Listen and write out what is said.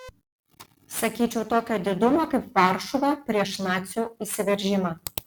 sakyčiau tokio didumo kaip varšuva prieš nacių įsiveržimą